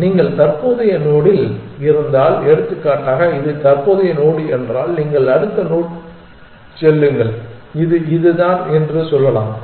நீங்கள் தற்போதைய நோடில் இருந்தால் எடுத்துக்காட்டாக இது தற்போதைய நோடு என்றால் நீங்கள் அடுத்த நோடுக்குச் செல்லுங்கள் இது இதுதான் என்று சொல்லலாம்